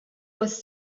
was